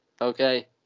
okay